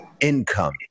income